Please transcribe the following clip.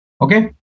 Okay